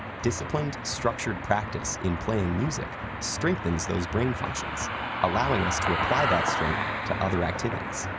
disciplined, structured practice in playing music strengthens those brain functions, allowing us to apply that strength to other activities.